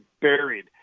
buried